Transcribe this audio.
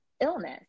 illness